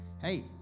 Hey